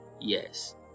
Yes